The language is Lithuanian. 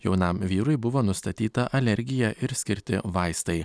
jaunam vyrui buvo nustatyta alergija ir skirti vaistai